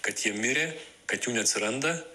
kad jie mirė kad jų neatsiranda